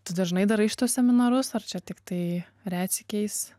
tu dažnai darai šituos seminarus ar čia tiktai retsykiais